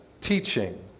teaching